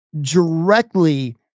directly